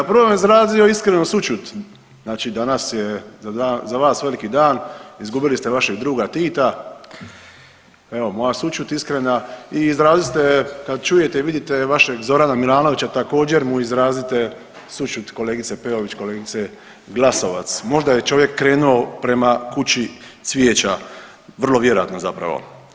Prvo bi vam izrazio iskrenu sućut, znači danas je za vas veliki dan, izgubili ste vaše druga Tita, evo moja sućut iskrena i izrazite ste kad čujete i vidite vašeg Zorana Milanovića također mu izrazite sućut kolegice Peović i kolegice Glasovac, možda je čovjek krenuo prema Kući cvijeća, vrlo vjerojatno zapravo.